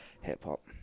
Hip-hop